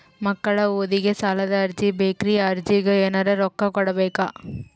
ಮಕ್ಕಳ ಓದಿಗಿ ಸಾಲದ ಅರ್ಜಿ ಬೇಕ್ರಿ ಅರ್ಜಿಗ ಎನರೆ ರೊಕ್ಕ ಕೊಡಬೇಕಾ?